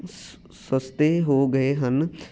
ਸਸਤੇ ਹੋ ਗਏ ਹਨ